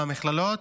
במכללות,